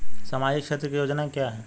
सामाजिक क्षेत्र की योजना क्या है?